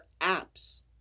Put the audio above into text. apps